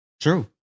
True